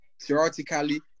theoretically